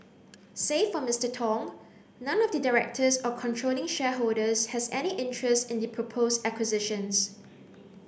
save for Mister Tong none of the directors or controlling shareholders has any interest in the proposed acquisitions